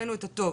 ראינו את הטוב,